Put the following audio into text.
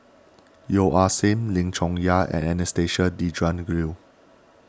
Yeo Ah Seng Lim Chong Yah and Anastasia Tjendri Liew